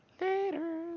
Later